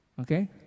Okay